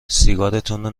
سیگارتونو